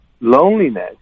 loneliness